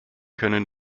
können